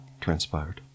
transpired